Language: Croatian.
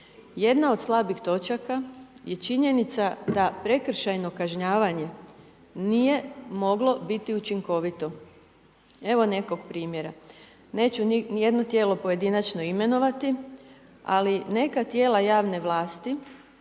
Jedna od slabih točaka je činjenica da prekršajno kažnjavanje nije moglo biti učinkovito. Evo nekog primjera, neću ni jedno tijelo pojedinačno imenovati ali neka tijela javne vlasti